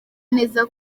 neza